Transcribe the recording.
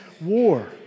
war